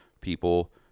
people